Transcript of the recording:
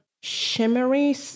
shimmery